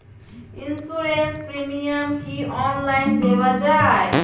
Insurance premium কি online দেওয়া যায়?